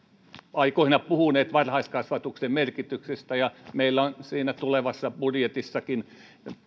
aikoina puhuneet varhaiskasvatuksen merkityksestä ja meillä on siinä tulevassa budjetissakin